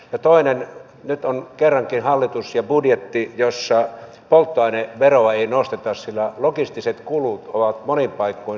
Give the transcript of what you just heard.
ja toiseksi nyt on kerrankin hallitus ja budjetti jossa polttoaineveroa ei nosteta sillä logistiset kulut ovat monin paikoin suomessa korkeat